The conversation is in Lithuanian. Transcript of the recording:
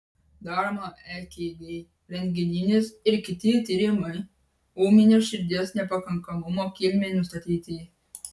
daroma ekg rentgeninis ir kiti tyrimai ūminio širdies nepakankamumo kilmei nustatyti